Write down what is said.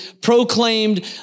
proclaimed